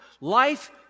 life